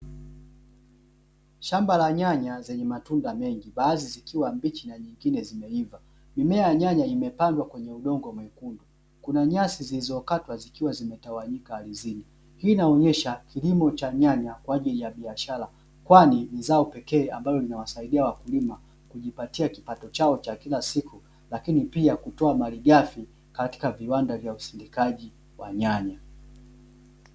shamba la nyanya zenye matunda mengi baadhi zikiwa mbichi na nyingine zikiwa zimeiva, mimea ya nyanya imepandwa kwenye udongo mwekundu kuna nyasi zilizokatwa zimetawanyika ardhini. hii inaonyesha kilimo cha nyanya kwaajili ya biashara, kwani ni zao peke ambalo linawasaidia wakulima kujipatia kipato chao cha kila siku lakini pia kutoa malighafi katika viwanda vya usindikaji wa nyanya .